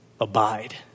abide